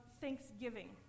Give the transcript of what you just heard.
thanksgiving